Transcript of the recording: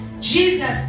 Jesus